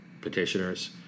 petitioners